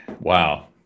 Wow